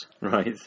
Right